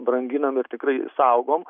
branginam ir tikrai saugom